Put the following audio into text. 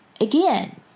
again